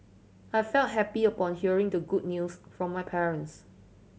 I felt happy upon hearing the good news from my parents